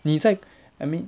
你在 I mean